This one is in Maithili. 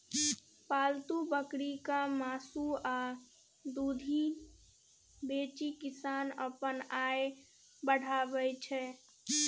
पालतु बकरीक मासु आ दुधि बेचि किसान अपन आय बढ़ाबै छै